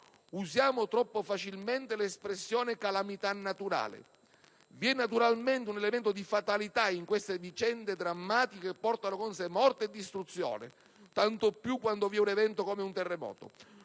Usiamo troppo facilmente l'espressione «calamità naturale». È chiaramente presente un elemento dì fatalità in queste vicende drammatiche, che portano con sé morte e distruzione, tanto più quando si è in presenza di un evento